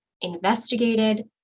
investigated